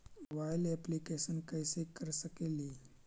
Mobile application कैसे कर सकेली?